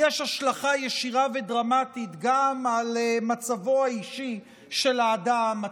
יש השלכה ישירה ודרמטית גם על מצבו האישי של האדם,